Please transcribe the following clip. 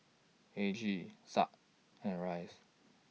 Aggie Exa and Rice